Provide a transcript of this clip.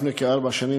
לפני כארבע שנים,